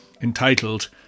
entitled